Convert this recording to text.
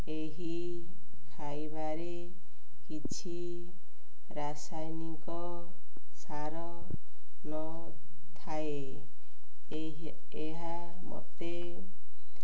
ଏହି ଖାଇବାରେ କିଛି ରାସାୟନିକ ସାର ନଥାଏ ଏହା ମୋତେ